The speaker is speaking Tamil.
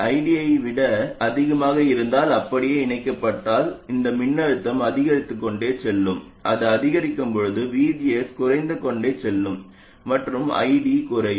ID ஐ விட அதிகமாக இருந்தால் அப்படி இணைக்கப்பட்டால் இந்த மின்னழுத்தம் அதிகரித்துக்கொண்டே செல்லும் அது அதிகரிக்கும் போது VGS குறைந்து கொண்டே செல்லும் மற்றும் ID குறையும்